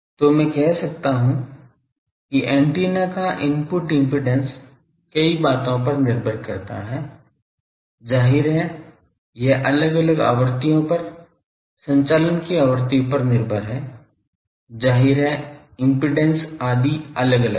तो मैं कह सकता हूं कि ऐन्टेना का इनपुट इम्पीडेन्स कई बातों पर निर्भर करता है जाहिर है यह अलग अलग आवृत्तियों पर संचालन की आवृत्ति पर निर्भर है जाहिर है इम्पीडेन्स आदि अलग अलग हैं